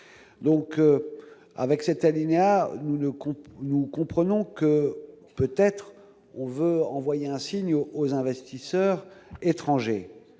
donc avec cet alinéa, le groupe, nous comprenons que peut-être on veut envoyer un signe aux investisseurs étrangers,